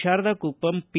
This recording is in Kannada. ಶಾರದಾ ಕುಪ್ಪಂ ಪಿ